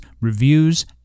reviews